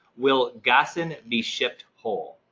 will gossan be shipped whole?